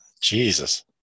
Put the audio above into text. jesus